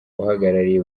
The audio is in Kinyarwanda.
uhagarariye